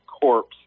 corpse